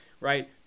right